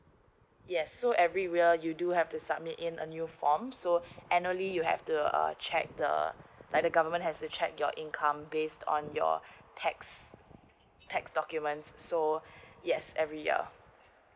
yes so every year you do have to submit in a new form so annually you have to uh check the uh like the government have to check your income based on your tax tax documents so yes every year